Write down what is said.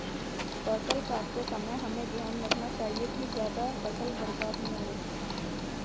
फसल काटते समय हमें ध्यान रखना चाहिए कि ज्यादा फसल बर्बाद न हो